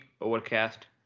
overcast